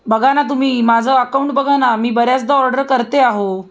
बघा ना तुम्ही माझं अकाउंट बघा ना मी बऱ्याचदा ऑर्डर करते अहो